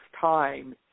time